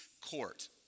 court